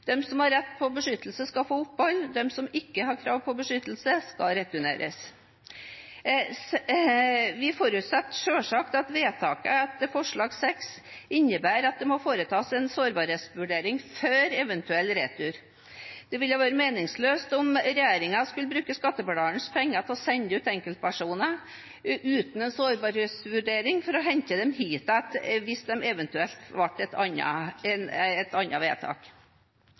som har rett på beskyttelse, skal få opphold. De som ikke har krav på beskyttelse, skal returneres. Vi forutsetter selvsagt at vedtaket etter forslag nr. 6 innebærer at det må foretas en sårbarhetsvurdering før eventuell retur. Det ville ha vært meningsløst om regjeringen skulle bruke skattebetalernes penger på å sende ut enkeltpersoner uten en sårbarhetsvurdering for å hente dem hit igjen hvis det eventuelt ble et